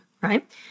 right